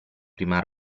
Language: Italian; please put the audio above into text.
prima